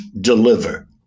deliver